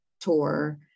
tour